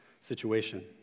situation